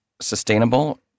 sustainable